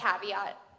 caveat